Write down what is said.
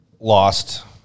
Lost